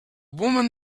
woman